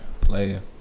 Player